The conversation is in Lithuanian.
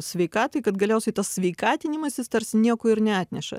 sveikatai kad galiausiai tas sveikatinimasis tarsi nieko ir neatneša